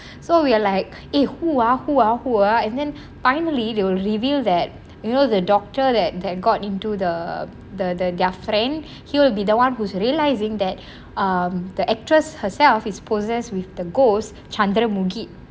so we were like !hey! who are who are who are and then finally they will reveal that you know the doctor that that got into the the the their friend he will be the one who's realizing that um the actress herself is possessed with the ghosts Chandramukhi